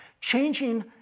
changing